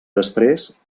després